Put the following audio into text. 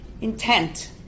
Intent